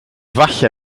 falle